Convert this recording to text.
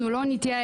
אנחנו לא נתייאש,